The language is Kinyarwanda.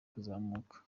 kuzamuka